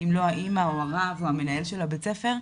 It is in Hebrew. אם לא האמא או הרב או מנהל בית הספר,